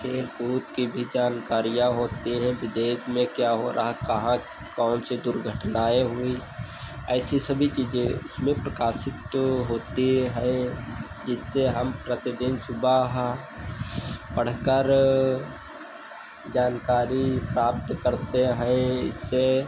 खेलकूद की भी जानकारियाँ होती हैं विदेश में क्या हो रहा कहाँ कौन सी दुर्घटना हुई ऐसी सभी चीज़ें उसमें प्रकाशित होती है जिससे हम प्रतिदिन सुबह पढ़कर जानकारी प्राप्त करते हैं इससे